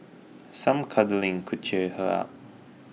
some cuddling could cheer her up